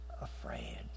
afraid